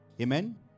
Amen